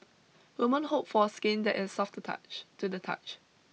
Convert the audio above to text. women hope for skin that is soft to touch to the touch